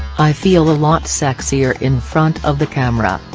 i feel a lot sexier in front of the camera,